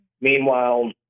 Meanwhile